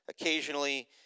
occasionally